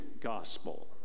gospel